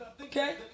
Okay